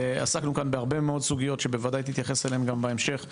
עסקנו כאן בהרבה מאוד סוגיות שבוודאי תתייחס אליהן גם בהמשך.